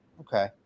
okay